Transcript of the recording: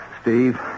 Steve